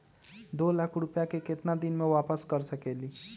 दो लाख रुपया के केतना दिन में वापस कर सकेली?